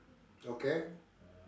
okay